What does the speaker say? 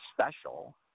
special